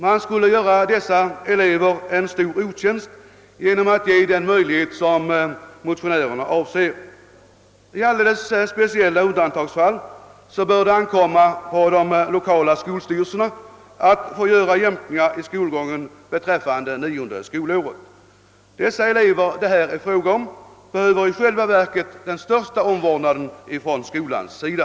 Man skulle göra dessa elever en stor otjänst genom att ge dem den möjlighet som motionärerna avser. I alldeles speciella undantagsfall bör det ankomma på de lokala skolstyrelserna att göra jämkningar i skolgången beträffande nionde skolåret. De elever det här är fråga om behöver i själva verket den största omvårdnaden ifrån skolans sida.